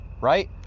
right